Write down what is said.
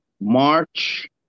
March